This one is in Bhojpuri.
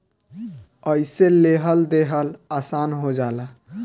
अइसे लेहल देहल आसन हो जाला